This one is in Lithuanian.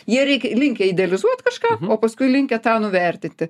jie rink linkę idealizuot kažką o paskui linkę tą nuvertinti